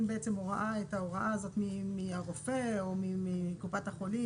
את ההוראה הזאת מהרופא או מקופת החולים.